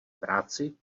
práci